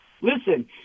listen